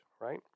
right